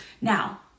Now